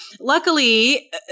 luckily